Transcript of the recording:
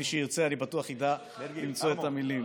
מי שירצה, אני בטוח שידע למצוא את המילים.